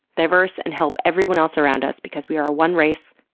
diverse, and help everyone else around us because we are one race,